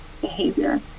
behavior